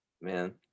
man